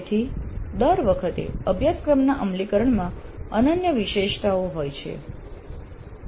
તેથી દર વખતે અભ્યાસક્રમના અમલીકરણમાં અનન્ય વિશેષતાઓ હોય છે